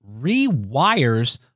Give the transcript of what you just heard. rewires